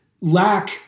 lack